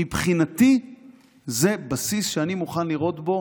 מבחינתי זה בסיס שאני מוכן לראות בו